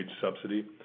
subsidy